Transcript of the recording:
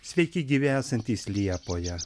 sveiki gyvi esantys liepoje